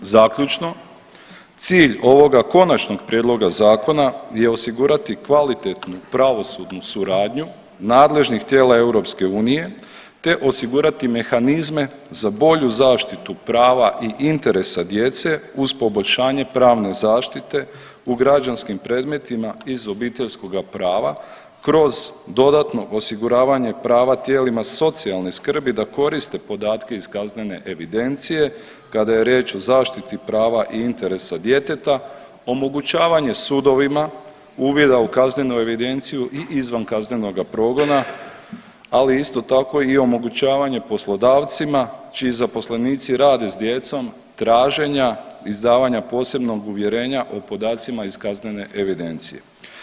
Zaključno, cilj ovoga konačnog prijedloga zakona je osigurati kvalitetnu pravosudnu suradnju nadležnih tijela EU, te osigurati mehanizme za bolju zaštitu prava i interesa djece uz poboljšanje pravne zaštite u građanskim predmetima iz obiteljskoga prava kroz dodatno osiguravanje prava tijelima socijalne skrbi da koriste podatke iz kaznene evidencije kada je riječ o zaštiti prava i interesa djeteta, omogućavanje sudovima uvida u kaznenu evidenciju i izvan kaznenoga progona, ali isto tako i omogućavanje poslodavcima čiji zaposlenici rade s djecom traženja izdavanja posebnog uvjerenja o podacima iz kaznene evidencije.